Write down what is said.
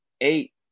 eight